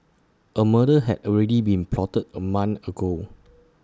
A murder had already been plotted A month ago